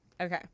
Okay